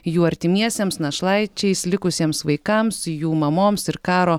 jų artimiesiems našlaičiais likusiems vaikams jų mamoms ir karo